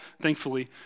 thankfully